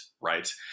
right